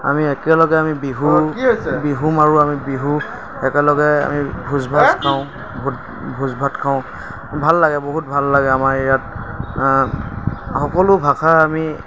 আমি একেলগে আমি বিহু বিহু মাৰোঁ আমি বিহু একেলগে আমি ভোজ ভাত খাওঁ ভোজ ভাত খাওঁ ভাল লাগে বহুত ভাল লাগে আমাৰ ইয়াত সকলো ভাষা আমি